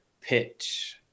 Pitch